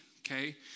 okay